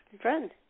friend